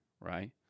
right